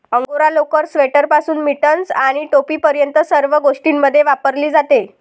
angora लोकर, स्वेटरपासून mittens आणि टोपीपर्यंत सर्व गोष्टींमध्ये वापरली जाते